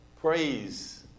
praise